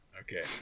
Okay